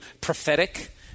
prophetic